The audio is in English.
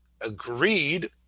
agreed